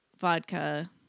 vodka